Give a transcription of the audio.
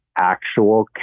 actual